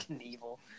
evil